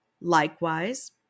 Likewise